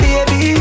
Baby